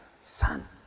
son